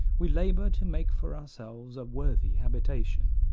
we labor to make for ourselves a worthy habitation,